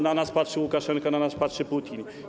na nas patrzy Łukaszenka, na nas patrzy Putin.